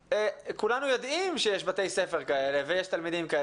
כולנו יודעים שיש בתי ספר כאלה ויש תלמידים כאלה.